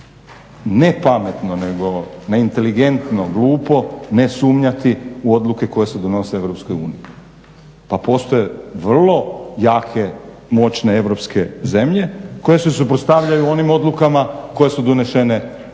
ne pametno nego neinteligentno, glupo, ne sumnjati u odluke koje se donose u EU. Pa postoje vrlo jake moćne Europske zemlje koje se suprotstavljaju onim odlukama koje su donesene ili